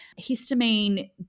Histamine